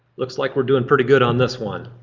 looks like we're doing pretty good on this one.